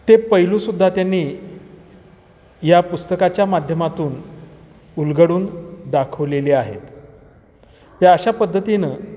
ते पैलूसुद्धा त्यांनी या पुस्तकाच्या माध्यमातून उलगडून दाखवलेले आहेत या अशा पद्धतीनं